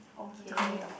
okay